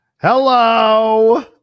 hello